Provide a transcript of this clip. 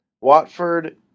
Watford